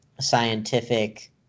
scientific